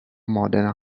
modena